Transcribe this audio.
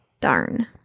Darn